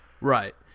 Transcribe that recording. Right